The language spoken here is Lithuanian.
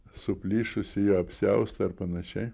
suplyšusį apsiaustą ir panašiai